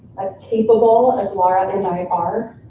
as capable as laura and i are,